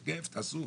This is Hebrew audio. בכיף, תעשו.